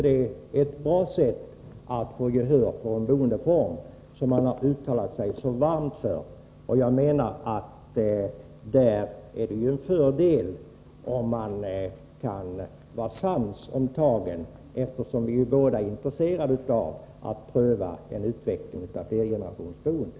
Det är ett bra sätt att få gehör för en boendeform som man har uttalat sig så varmt för. Det är en fördel om vi kan vara sams om tagen, eftersom vi båda är intresserade av att pröva en utveckling av flergenerationsboendet.